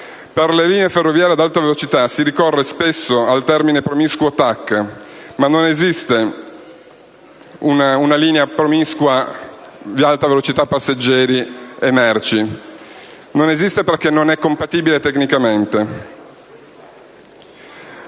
Per le linee ferroviarie ad alta velocità si ricorre spesso al termine promiscuo TAC, ma non esiste una linea promiscua di alta velocità passeggeri e merci, perché non è compatibile tecnicamente;